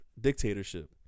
Dictatorship